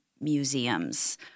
museums